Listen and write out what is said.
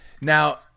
Now